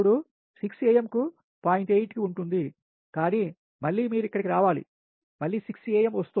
8 కి ఉంటుంది కానీ మళ్ళీ మీరు ఇక్కడకు రావాలి మళ్ళీ 6 am వస్తోంది